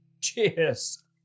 Cheers